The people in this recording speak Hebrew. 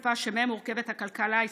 הפסיפס שמהם מורכבת הכלכלה הישראלית.